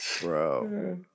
Bro